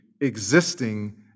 existing